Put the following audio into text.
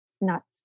Nuts